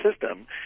system